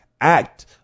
act